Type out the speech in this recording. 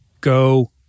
Go